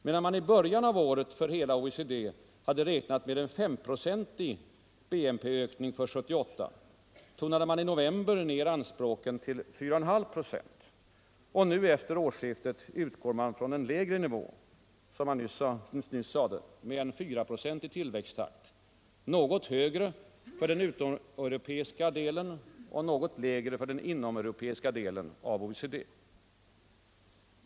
Medan man i början av året för hela OECD hade räknat med en 3-procentig BNP-ökning för 1978 tonade man i november ned anspråken till 4 1/2 24, och nu efter årsskiftet utgår man från en lägre nivå, som jag nyss sade, med en 4-procentig tillväxttakt — något högre för den utomeuropeiska och något lägre för den inomeuropeiska delen av OECD.